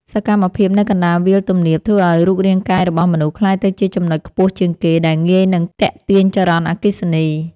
សកម្មភាពនៅកណ្តាលវាលទំនាបធ្វើឱ្យរូបរាងកាយរបស់មនុស្សក្លាយទៅជាចំណុចខ្ពស់ជាងគេដែលងាយនឹងទាក់ទាញចរន្តអគ្គិសនី។